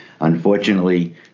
Unfortunately